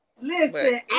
listen